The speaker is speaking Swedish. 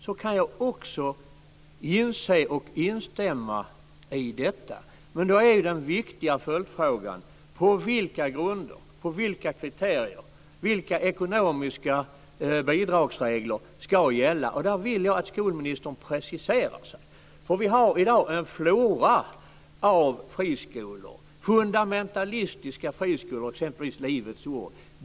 Jag kan inse det och även instämma i det. Den viktiga följdfrågan blir dock: På vilka grunder och utifrån vilka kriterier, och vilka ekonomiska bidragsregler ska gälla? Jag vill att skolministern preciserar sig där. I dag har vi nämligen en flora av friskolor. Det finns fundamentalistiska friskolor, drivna av exempelvis Livets ord.